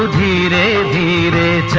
da da da da